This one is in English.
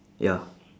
ya